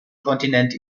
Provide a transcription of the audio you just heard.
kontinent